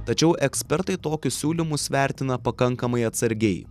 tačiau ekspertai tokius siūlymus vertina pakankamai atsargiai